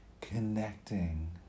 connecting